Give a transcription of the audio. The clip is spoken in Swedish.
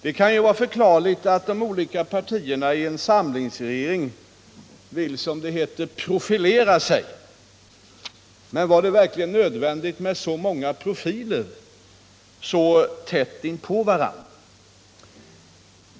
Det kan vara förklarligt att de olika partierna i en samlingsregering vill, som det heter, profilera sig, men var det verkligen nödvändigt med så många profiler så tätt inpå varandra?